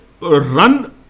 run